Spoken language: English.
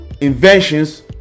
inventions